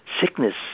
sickness